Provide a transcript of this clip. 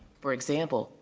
for example,